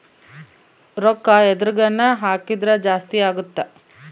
ರೂಕ್ಕ ಎದ್ರಗನ ಹಾಕಿದ್ರ ಜಾಸ್ತಿ ಅಗುತ್ತ